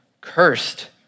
cursed